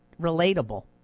relatable